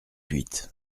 huit